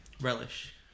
relish